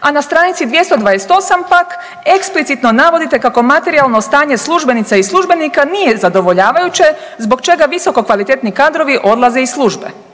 a na str. 228 pak eksplicitno navodite kako materijalno stanje službenica i službenika nije zadovoljavajuće zbog čega visoko kvalitetni kadrovi odlaze iz službe.